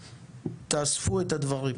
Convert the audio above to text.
תאספו את הדברים.